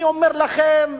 אני אומר לכם,